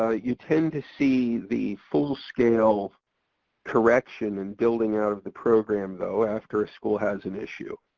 ah you tend to see the full-scale correction in building out of the program though after a school has an issue.